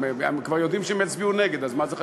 הם כבר יודעים שהם יצביעו נגד, אז מה זה חשוב?